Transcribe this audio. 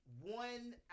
one